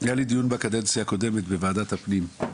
היה לי דיון בקדנציה הקודמת בוועדת הפנים,